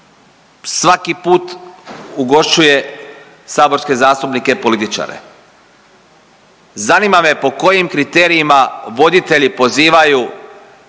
svaki put ugošćuje saborske zastupnike i političare, zanima me po kojim kriterijima voditelji pozivaju